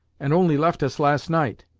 and only left us last night.